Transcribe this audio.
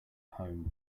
home